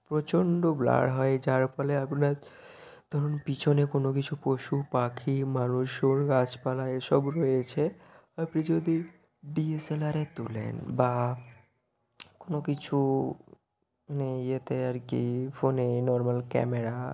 প্রচণ্ড ব্লার হয় যার ফলে আপনার ধরুন পিছনে কোনো কিছু পশু পাখি মানুষজন গাছপালা এসব রয়েছে আপনি যদি ডিএসএলআরে তোলেন বা কোনো কিছু মানে ইয়েতে আর কি ফোনে নরমাল ক্যামেরা